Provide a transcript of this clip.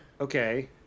okay